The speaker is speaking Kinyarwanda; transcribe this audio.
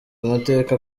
amateka